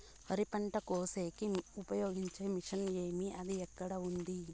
వరి పంట కోసేకి ఉపయోగించే మిషన్ ఏమి అది ఎక్కడ ఉంది?